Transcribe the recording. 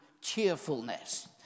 cheerfulness